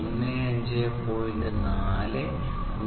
15